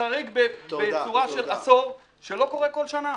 חריג בצורה של עשור, שלא קורה כל שנה.